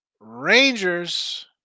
Rangers